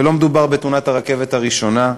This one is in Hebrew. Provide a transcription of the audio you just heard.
ולא מדובר בתאונת הרכבת הראשונה,